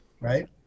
Right